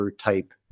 type